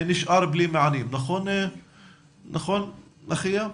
נשאר בלי מענים, נכון אחיה?